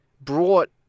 brought